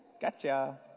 Gotcha